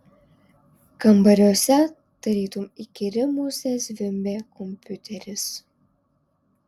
kambariuose tarytum įkyri musė zvimbė kompiuteris